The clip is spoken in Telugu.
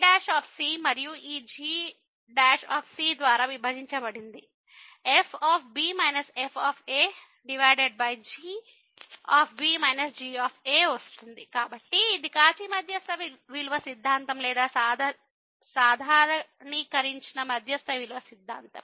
ϕ మరియు ఈ g ద్వారా విభజించబడింది fb f g g కాబట్టి అది కౌచీ మధ్యస్థ విలువ సిద్ధాంతం లేదా సాధారణీకరించిన మధ్యస్థ విలువ సిద్ధాంతం